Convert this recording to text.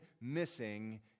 missing